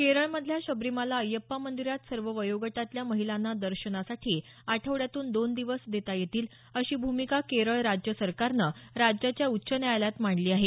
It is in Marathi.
केरळमधल्या शबरीमाला अय्यप्पा मंदीरात सर्व वयोगटातल्या महिलांना दर्शनासाठी आठवड्यातून दोन दिवस देता येतील अशी भूमिका केरळ सरकारनं राज्याच्या उच्च न्यायालयात मांडली आहे